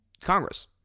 Congress